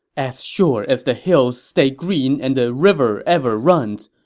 as sure as the hills stay green and the river ever runs,